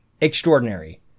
extraordinary